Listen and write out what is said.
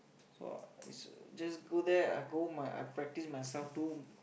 so is just go there I go my I practice my